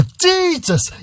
Jesus